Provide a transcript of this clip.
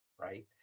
right